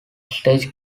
stage